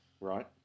right